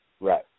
right